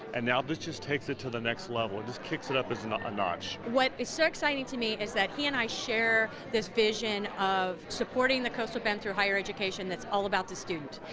and now this just takes it to the next level. it just kicks it up a and notch. what is so exciting to me is that he and i share this vision of supporting the coastal bend through higher education that's all about the student.